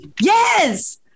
yes